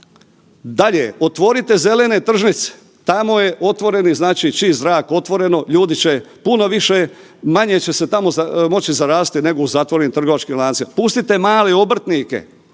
dalje, otvorite zelene tržnice, tamo je otvoreni, znači čist zrak, otvoreno, ljudi će puno više, manje će se tamo moći zaraziti nego u zatvorenim trgovačkim lancima. Pustite male obrtnike,